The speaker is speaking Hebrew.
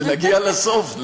כשנגיע לסוף,